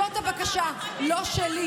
זאת בקשה לא שלי,